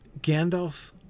Gandalf